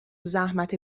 زحمت